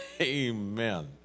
Amen